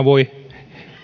voi